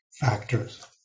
factors